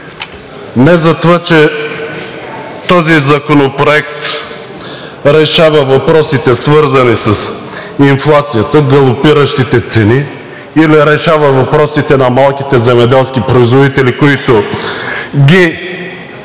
не затова, че този законопроект решава въпросите, свързани с инфлацията, галопиращите цени, или решава въпросите на малките земеделски производители, които ги закриваме